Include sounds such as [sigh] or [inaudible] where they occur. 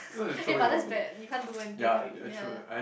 [laughs] eh but that's bad you can't do anything already ya